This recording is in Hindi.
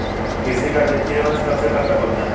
कृषि का वित्तीय वर्ष कब से कब तक होता है?